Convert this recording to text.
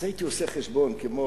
אז הייתי עושה חשבון כמו,